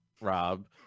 Rob